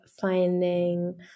finding